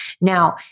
Now